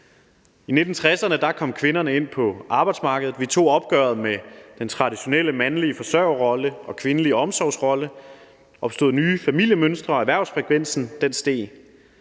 I 1960'erne kom kvinderne ud på arbejdsmarkedet; vi tog opgøret med den traditionelle mandlige forsørgerrolle og kvindelige omsorgsrolle, der opstod nye familiemønstre, og erhvervsfrekvensen steg.